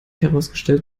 herausgestellt